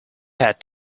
had